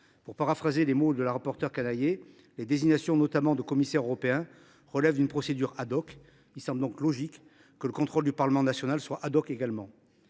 Pour paraphraser les mots de la rapporteure Canayer, les désignations au poste de commissaire européen, notamment, relèvent d’une procédure ; il semble donc logique que le contrôle du Parlement national soit également.